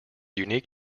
unique